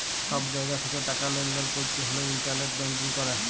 ছব জায়গা থ্যাকে টাকা লেলদেল ক্যরতে হ্যলে ইলটারলেট ব্যাংকিং ক্যরে